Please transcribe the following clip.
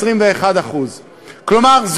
21%. כלומר,